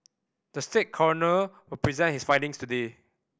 the state coroner will present his findings today